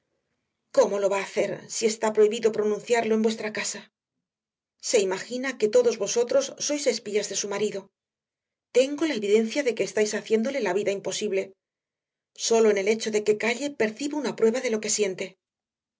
cómo lo va a hacer si está prohibido pronunciarlo en vuestra casa se imagina que todos vosotros sois espías de su marido tengo la evidencia de que estáis haciéndole la vida imposible sólo en el hecho de que calle percibo una prueba de lo que siente